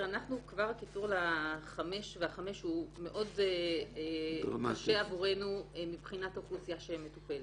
ש-5 הוא מאוד קשה עבורנו לגבי האוכלוסייה המטופלת.